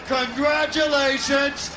congratulations